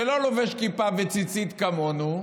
שלא לובש כיפה וציצית כמונו,